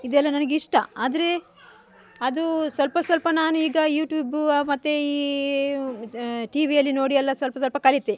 ಇದೆಲ್ಲ ನನಿಗಿಷ್ಟ ಆದರೆ ಅದು ಸ್ವಲ್ಪ ಸ್ವಲ್ಪ ನಾನು ಈಗ ಯೂಟ್ಯೂಬು ಮತ್ತು ಈ ಟಿವಿಯಲ್ಲಿ ನೋಡಿ ಎಲ್ಲ ಸ್ವಲ್ಪ ಸ್ವಲ್ಪ ಕಲಿತೆ